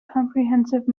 comprehensive